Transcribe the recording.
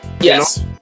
Yes